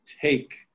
take